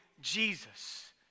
Jesus